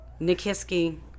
Nikiski